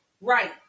right